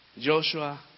Joshua